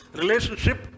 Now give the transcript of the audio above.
relationship